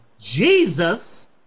Jesus